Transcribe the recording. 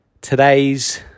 today's